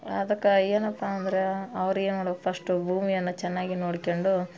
ಅದಕ್ಕೆ ಏನಪ್ಪ ಅಂದ್ರೆ ಅವ್ರು ಏನಾದ್ರು ಫಸ್ಟ್ ಭೂಮಿಯನ್ನು ಚೆನ್ನಾಗಿ ನೋಡ್ಕ್ಯಂಡು